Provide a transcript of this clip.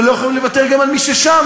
וגם לא יכולים לוותר על מי ששם,